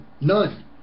none